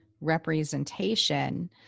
representation